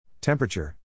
Temperature